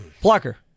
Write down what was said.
Plucker